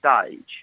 stage